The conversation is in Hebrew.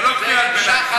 זה לא קריאת ביניים,